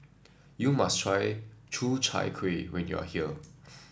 you must try Ku Chai Kuih when you are here